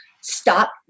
Stop